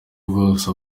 bwose